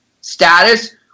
status